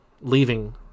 leaving